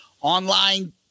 online